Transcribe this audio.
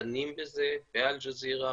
דנים בזה באל ג'זירה,